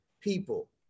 people